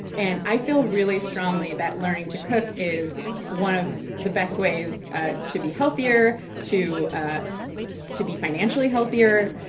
and i feel really strongly that learning to cook is one of the best ways ah to be healthier, to ah to be financially healthier.